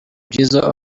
jizzo